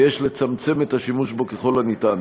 ויש לצמצם את השימוש בו ככל האפשר.